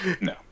no